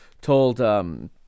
told